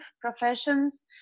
professions